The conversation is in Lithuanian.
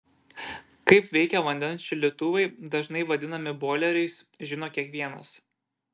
kaip veikia vandens šildytuvai dažnai vadinami boileriais žino kiekvienas